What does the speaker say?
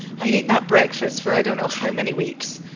i ate that breakfast for i don't know how many weeks.